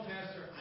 Pastor